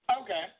okay